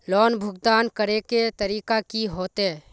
Loan भुगतान करे के तरीका की होते?